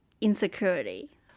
insecurity